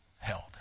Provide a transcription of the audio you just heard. held